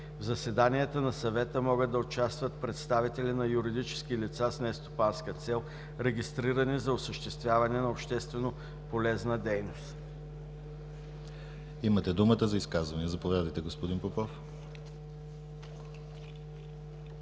В заседанията на съвета могат да участват представители на юридически лица с нестопанска цел, регистрирани за осъществяване на общественополезна дейност.“ ПРЕДСЕДАТЕЛ ДИМИТЪР ГЛАВЧЕВ: Имате думата за изказвания. Заповядайте, господин Попов.